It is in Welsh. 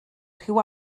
rhyw